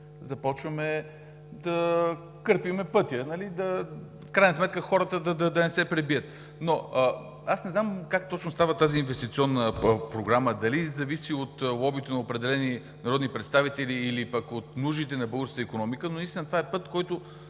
започваме да кърпим пътя, в крайна сметка хората да не се пребият. Аз не знам как точно става тази инвестиционна програма – дали зависи от лобито на определени народни представители, или от нуждите на българската икономика?! Но наистина това е път, който